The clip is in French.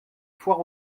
foire